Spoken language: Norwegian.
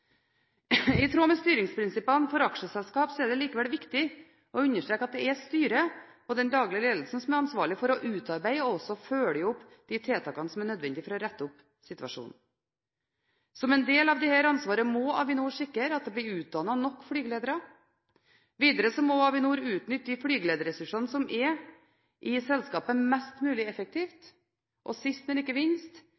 I tråd med styringsprinsippene for aksjeselskap er det likevel viktig å understreke at det er styret og den daglige ledelsen som er ansvarlig for å utarbeide og følge opp de tiltakene som er nødvendige for å rette opp situasjonen. Som en del av dette ansvaret må Avinor sikre at det blir utdannet nok flygeledere. Videre må Avinor utnytte de flygelederressursene som er i selskapet, mest mulig effektivt.